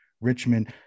Richmond